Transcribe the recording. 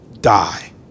die